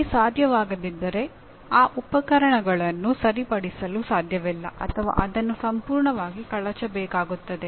ನಿಮಗೆ ಸಾಧ್ಯವಾಗದಿದ್ದರೆ ಆ ಉಪಕರಣಗಳನ್ನು ಸರಿಪಡಿಸಲು ಸಾಧ್ಯವಿಲ್ಲ ಅಥವಾ ಅದನ್ನು ಸಂಪೂರ್ಣವಾಗಿ ಕಳಚಬೇಕಾಗುತ್ತದೆ